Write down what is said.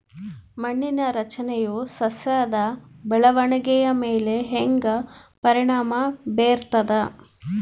ಮಣ್ಣಿನ ರಚನೆಯು ಸಸ್ಯದ ಬೆಳವಣಿಗೆಯ ಮೇಲೆ ಹೆಂಗ ಪರಿಣಾಮ ಬೇರ್ತದ?